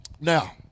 Now